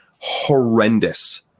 horrendous